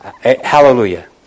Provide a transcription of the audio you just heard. hallelujah